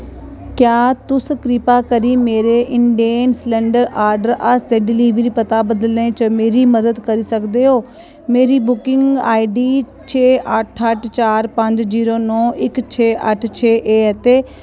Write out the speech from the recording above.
क्या तुस कृपा करी मेरे इंडेन सलैंडर आर्डर आस्तै डलीवरी पता बदलने च मेरी मदद करी सकदे ओ मेरी बुकिंग आईडी छे अट्ठ अट्ठ चार पंज जीरो नौ इक छे अट्ठ छे ऐ ते